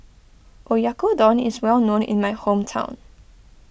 Oyakodon is well known in my hometown